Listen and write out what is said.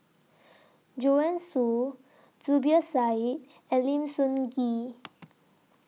Joanne Soo Zubir Said and Lim Sun Gee